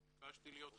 אני ביקשתי להיות חלק.